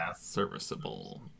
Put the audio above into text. serviceable